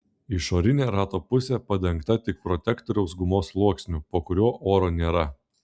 išorinė rato pusė padengta tik protektoriaus gumos sluoksniu po kuriuo oro nėra